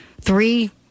three